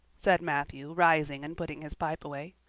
said matthew rising and putting his pipe away.